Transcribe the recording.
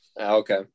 Okay